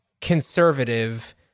conservative